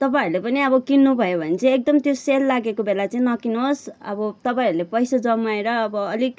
तपाईँहरूले पनि अब किन्नु भयो भने चाहिँ एकदम त्यो सेल लागेको बेला चाहिँ नकिन्नुहोस् अब तपाईँहरूले पैसा जमाएर अब अलिक